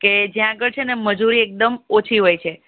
કે જ્યાં આગળ છે ને મજૂરી એકદમ ઓછી હોય છે